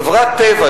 חברת "טבע",